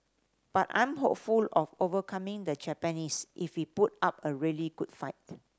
but I'm hopeful of overcoming the Japanese if we put up a really good fight